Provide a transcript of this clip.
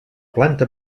planta